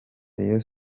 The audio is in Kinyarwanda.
rayon